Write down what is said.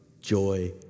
joy